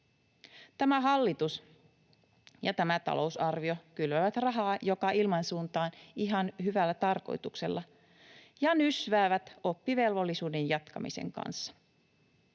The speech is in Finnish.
Tämä hallitus ja tämä talousarvio kylvävät rahaa joka ilmansuuntaan ihan hyvällä tarkoituksella ja nysväävät oppivelvollisuuden jatkamisen kanssa.